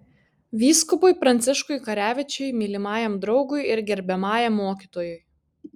vyskupui pranciškui karevičiui mylimajam draugui ir gerbiamajam mokytojui